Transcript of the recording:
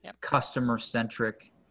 customer-centric